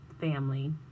family